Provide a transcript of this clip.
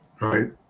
right